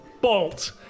bolt